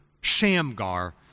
Shamgar